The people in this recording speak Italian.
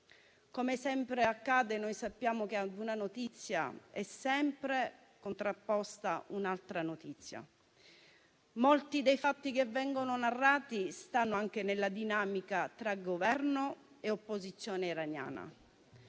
Come sempre accade, sappiamo che a una notizia ne è sempre contrapposta un'altra. Molti dei fatti che vengono narrati stanno anche nella dinamica tra Governo e opposizione iraniana.